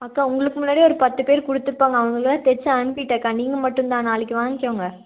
அக்கா உங்களுக்கு முன்னாடியே ஒரு பத்து பேர் கொடுத்துருப்பாங்க அவங்களுக்கெல்லாம் தைச்சு அனுப்பிவிட்டேன்க்கா நீங்கள் மட்டுந்தான் நாளைக்கு வாங்கிக்கோங்க